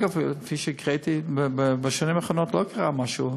אגב, כפי שקראתי בשנים האחרונות לא קרה משהו